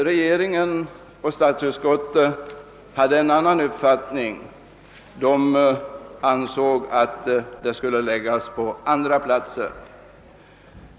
Regeringen och statsutskottet hade en annan uppfattning och ansåg att verksamheten skulle förläggas till andra platser.